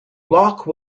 locke